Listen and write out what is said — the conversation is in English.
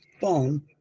phone